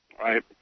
Right